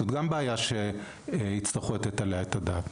זאת גם בעיה שיצטרכו לתת עליה את הדעת.